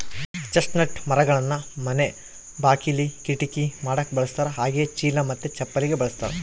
chestnut ಮರಗಳನ್ನ ಮನೆ ಬಾಕಿಲಿ, ಕಿಟಕಿ ಮಾಡಕ ಬಳಸ್ತಾರ ಹಾಗೆಯೇ ಚೀಲ ಮತ್ತೆ ಚಪ್ಪಲಿಗೆ ಬಳಸ್ತಾರ